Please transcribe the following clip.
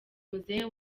muzehe